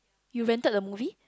you rented a movie